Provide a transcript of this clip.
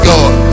God